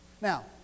Now